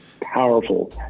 powerful